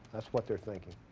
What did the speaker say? that's what they're thinking.